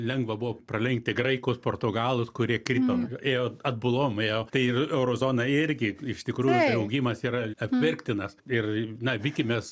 lengva buvo pralenkti graikus portugalus kurie krito ėjo atbulom ėjo tai euro zona irgi iš tikrųjų augimas yra apverktinas ir na vykimės